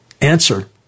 Answer